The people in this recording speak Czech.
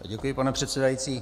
Děkuji, pane předsedající.